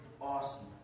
awesome